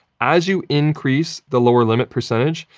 as you increase the lower limit percentage,